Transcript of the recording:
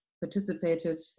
participated